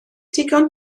digon